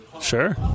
Sure